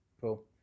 Cool